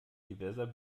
diverser